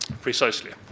precisely